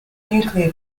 nuclear